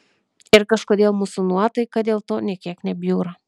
ir kažkodėl mūsų nuotaika dėl to nė kiek nebjūra